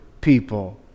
people